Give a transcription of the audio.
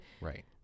right